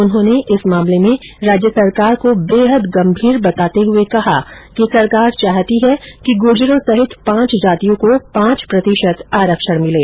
उन्होंने इस मामले में राज्य सरकार को बेहद गंभीर बताते हुए कहा कि सरकार चाहती है कि गूर्जरों सहित पांच जातियों को पांच प्रतिषत आरक्षण मिले